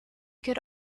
could